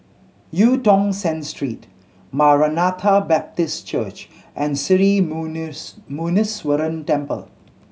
Eu Tong Sen Street Maranatha Baptist Church and Sri Muneeswaran Temple